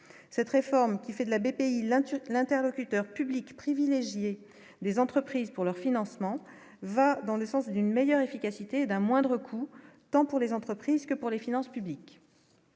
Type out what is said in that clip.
cette réforme qui fait de la BPI là-dessus, l'interlocuteur public privilégié des entreprises pour leur financement va dans le sens d'une meilleure efficacité d'un moindre coût, tant pour les entreprises que pour les finances publiques.